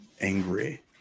angry